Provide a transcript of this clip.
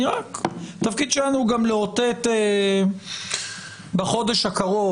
התפקיד שלנו הוא גם לאותת בחודש הקרוב,